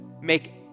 make